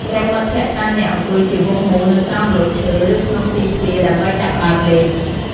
ក្រុមមិត្តភក្តិច្រើននាក់អង្គុយជាវង់មូលនៅក្រោមម្លប់ឈើ ឬក្នុងទីធ្លា ដើម្បីចាប់ផ្ដើមលេង។